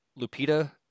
Lupita